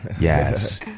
Yes